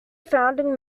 founding